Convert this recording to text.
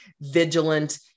vigilant